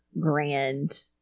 grand